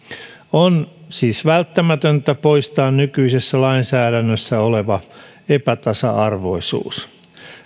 on siis välttämätöntä poistaa nykyisessä lainsäädännössä oleva epätasa arvoisuus